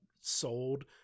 sold